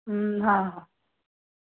ହଁ ହଁ